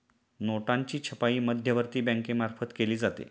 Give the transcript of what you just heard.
नोटांची छपाई मध्यवर्ती बँकेमार्फत केली जाते